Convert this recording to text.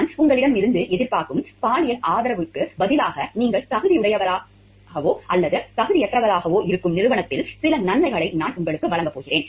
நான் உங்களிடமிருந்து எதிர்பார்க்கும் பாலியல் ஆதரவிற்குப் பதிலாக நீங்கள் தகுதியுடையவராகவோ அல்லது தகுதியற்றவராகவோ இருக்கும் நிறுவனத்தில் சில நன்மைகளை நான் உங்களுக்கு வழங்கப் போகிறேன்